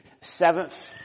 seventh